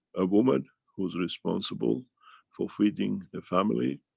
a woman who's responsible for feeding the family,